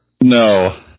No